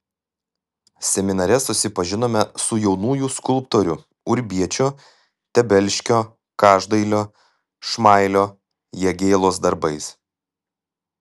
seminare susipažinome su jaunųjų skulptorių urbiečio tebelškio každailio šmailio jagėlos darbais